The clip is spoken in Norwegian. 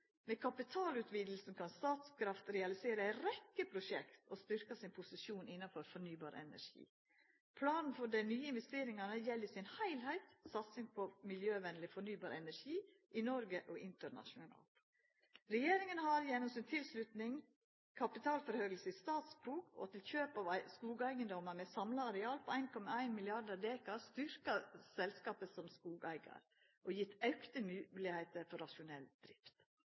Med kapitalutvidinga kan Statkraft realisera ei rekkje prosjekt og styrkja posisjonen sin innanfor fornybar energi. Planen for dei nye investeringane gjeld i sin heilskap satsing på miljøvennleg fornybar energi i Noreg og internasjonalt. Regjeringa har, gjennom tilslutninga til kapitaloppgang i Statskog SF og til kjøpet av skogeigedommar med eit samla areal på ca. 1,1 mrd. dekar, styrkt selskapet som skogeigar og gitt auka moglegheiter for rasjonell drift.